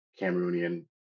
Cameroonian